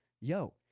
yo